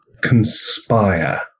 conspire